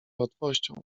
łatwością